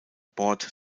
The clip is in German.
bord